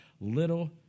little